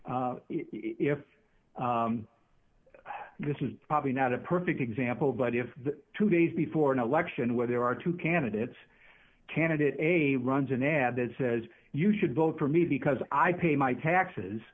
if this is probably not a perfect example but if the two days before an election where there are two candidates candidate a runs an ad that says you should vote for me because i pay my taxes